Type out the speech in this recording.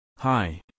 Hi